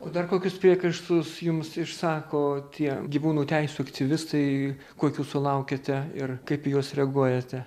o dar kokius priekaištus jums išsako tie gyvūnų teisių aktyvistai kokių sulaukiate ir kaip į juos reaguojate